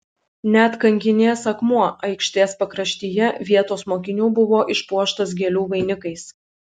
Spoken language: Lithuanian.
net kankinės akmuo aikštės pakraštyje vietos mokinių buvo išpuoštas gėlių vainikais